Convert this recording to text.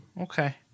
Okay